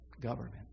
Government